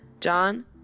John